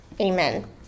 Amen